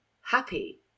happy